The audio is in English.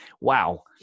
wow